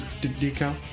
decal